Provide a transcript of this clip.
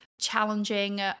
challenging